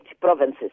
provinces